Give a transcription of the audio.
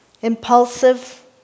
impulsive